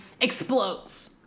explodes